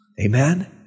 Amen